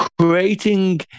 creating